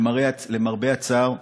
למרבה הצער,